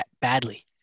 badly